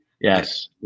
Yes